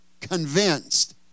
Convinced